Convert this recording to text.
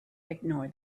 ignore